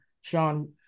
Sean